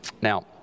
Now